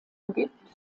umgibt